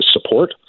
support